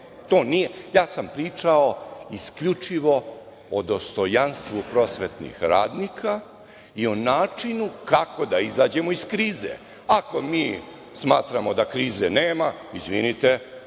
Ja sam pričao isključivo o dostojanstvu prosvetnih radnika i o načinu kako da izađemo iz krize. Ako mi smatramo da krize nema, izvinite,